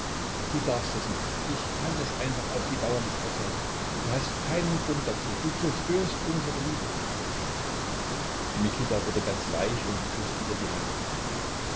du darfst es nicht ich kann es einfach auf die dauer nicht aushalten du hast keinen grund dazu du zerstörst nur unsre liebe mikita wurde ganz weich und küßte ihr die hand